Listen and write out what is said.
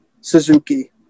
Suzuki